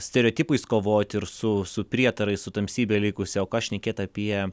stereotipais kovoti ir su su prietarais su tamsybe likusia o ką šnekėt apie